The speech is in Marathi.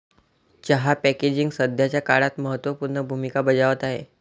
चहा पॅकेजिंग सध्याच्या काळात महत्त्व पूर्ण भूमिका बजावत आहे